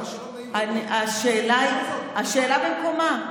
השאלה במקומה.